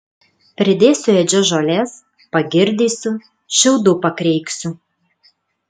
pridėsiu ėdžias žolės pagirdysiu šiaudų pakreiksiu